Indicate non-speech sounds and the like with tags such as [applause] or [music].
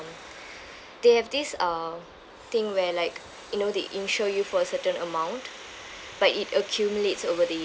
[breath] they have this uh thing where like you know they insure you for a certain amount but it accumulates over the years